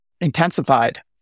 intensified